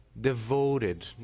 devoted